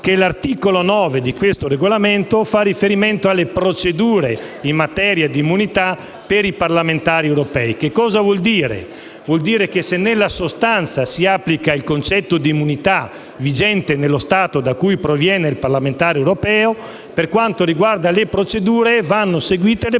che l'articolo 9 del regolamento fa riferimento alle procedure in materia di immunità per i parlamentari europei. Ciò vuol dire che se nella sostanza si applica il concetto di immunità vigente nello Stato da cui proviene il parlamentare europeo, per quanto riguarda le procedure vanno seguite